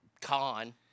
con